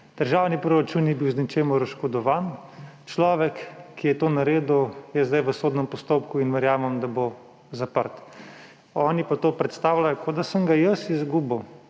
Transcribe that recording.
Državni proračun ni bil z ničimer oškodovan. Človek, ki je to naredil, je zdaj v sodnem postopku in verjamem, da bo zaprt. Oni pa to predstavljajo, kot da sem ga jaz izgubil.